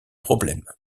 problèmes